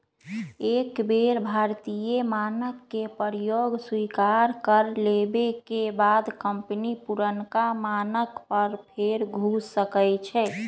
एक बेर भारतीय मानक के प्रयोग स्वीकार कर लेबेके बाद कंपनी पुरनका मानक पर फेर घुर सकै छै